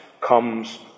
comes